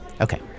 Okay